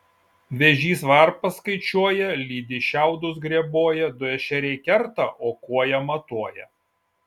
vėžys varpas skaičiuoja lydys šiaudus greboja du ešeriai kerta o kuoja matuoja